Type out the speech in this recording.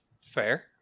Fair